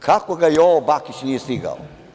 Kako ga Jovo Bakić nije stigao?